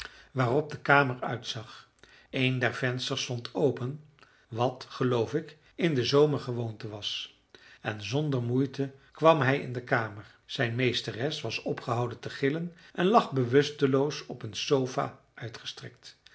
waarop de kamer uitzag een der vensters stond open wat geloof ik in den zomer gewoonte was en zonder moeite kwam hij in de kamer zijn meesteres had opgehouden te gillen en lag bewusteloos op een sofa uitgestrekt